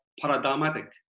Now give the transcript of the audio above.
paradigmatic